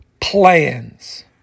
plans